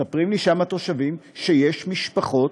מספרים לי שם התושבים שיש משפחות,